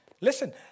listen